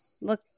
Look